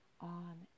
on